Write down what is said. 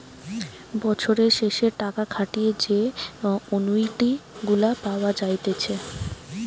বছরের শেষে টাকা খাটিয়ে যে অনুইটি গুলা পাওয়া যাইতেছে